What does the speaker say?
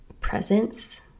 presence